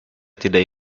tidak